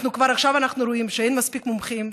כבר עכשיו אנחנו רואים שאין מספיק מומחים,